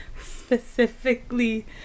Specifically